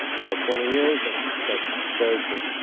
my twenty years, that's, that's very true.